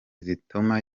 zituma